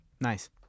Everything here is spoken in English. Nice